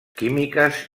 químiques